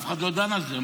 אף אחד לא דן על זה.